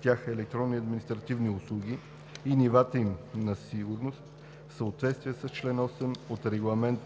тях електронни административни услуги, и нивата им на осигуреност в съответствие с чл. 8 от Регламент